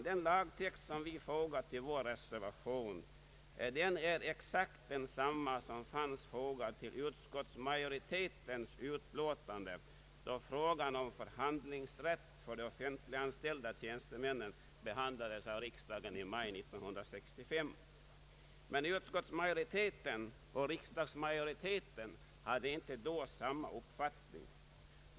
Den lagtext som vi fogat till vår reservation är exakt likalydande med den som fanns fogad till utskottsmajoritetens utlåtande då frågan om förhandlingsrätt för de offentliganställda tjänstemännen behandlades av riksdagen i maj 1965. Men utskottsmajoriteten och riksdagsmajoriteten hade inte då samma uppfattning.